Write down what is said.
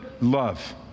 Love